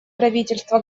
правительство